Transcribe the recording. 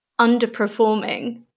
underperforming